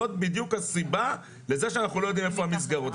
זאת בדיוק הסיבה לכך שאנחנו לא יודעים איפה המסגרות.